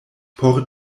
por